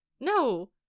no